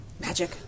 Magic